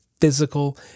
physical